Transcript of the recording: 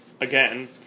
again